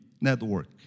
network